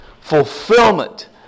fulfillment